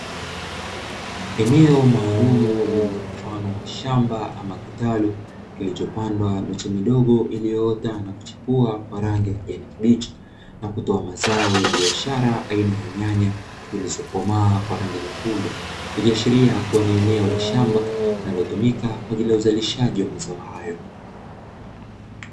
Eneo maalumu lililo mfano wa shamba ama kitalu kilichopandwa miche midogo iliyoota na kuchipua kwa rangi ya kijani kibichi na kutoa mazao ya biashara aina ya nyanya zilizokomaa kwa rangi nyekundu, ikiashiria kuwa ni eneo la shamba linalotumika kwa ajili ya uzalishaji wa mazao hayo.